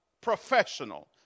professional